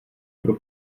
pro